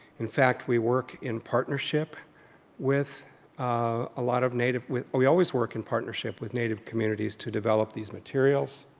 in fact we work in partnership with a ah lot of native well we always work in partnership with native communities to develop these materials,